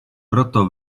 proto